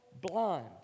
blind